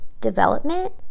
development